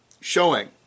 showing